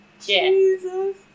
Jesus